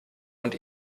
und